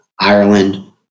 Ireland